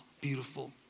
beautiful